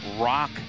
rock